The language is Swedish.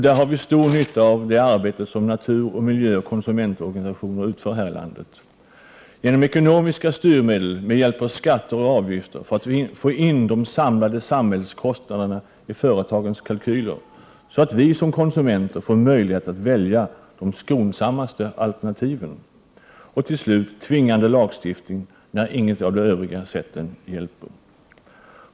Där har vi stor nytta av det arbete som natur-, miljöoch konsumentorganisationer utför i Sverige. 2. Ekonomiska styrmedel med hjälp av skatter och avgifter för att få in de samlade samhällskostnaderna i företagens kalkyler, så att vi som konsumenter får möjlighet att välja de skonsammaste alternativen. 3. Tvingande lagstiftning när inget av de övriga sätten hjälper.